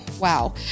wow